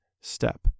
step